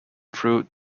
through